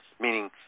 meaning